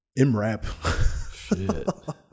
MRAP